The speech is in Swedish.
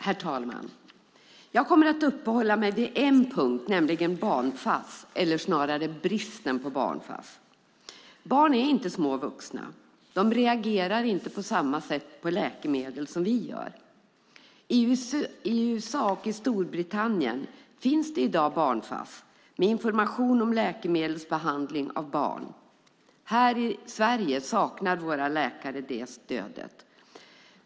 Herr talman! Jag kommer att uppehålla mig vid en punkt, nämligen barn-Fass eller snarare bristen på barn-Fass. Barn är inte små vuxna. De reagerar inte på läkemedel på samma sätt som vi gör. I USA och i Storbritannien finns det i dag barn-Fass med information om läkemedelsbehandling av barn. Här i Sverige saknar våra läkare det stödet.